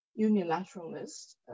unilateralist